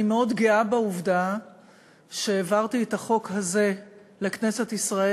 אני מאוד גאה בעובדה שהעברתי את החוק הזה לכנסת ישראל,